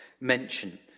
mention